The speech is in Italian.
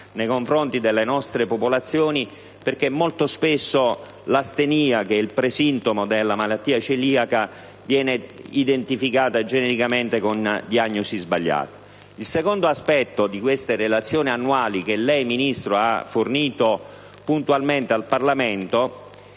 nei confronti delle nostre popolazioni, perché molto spesso l'astenia, che è il pre-sintomo della malattia celiaca, viene identificata genericamente, con diagnosi sbagliate. Il secondo aspetto di queste relazioni annuali che lei, Ministro, ha fornito puntualmente al Parlamento